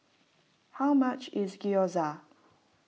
how much is Gyoza